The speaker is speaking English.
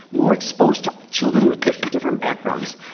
more exposed to children with different different backgrounds.